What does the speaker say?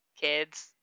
Kids